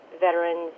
veterans